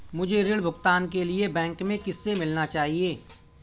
मुझे ऋण भुगतान के लिए बैंक में किससे मिलना चाहिए?